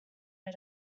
als